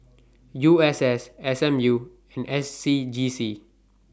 U S S S M U and S C G C